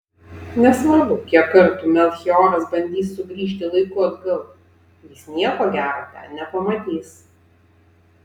nesvarbu kiek kartų melchioras bandys sugrįžti laiku atgal jis nieko gero ten nepamatys